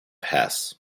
hesse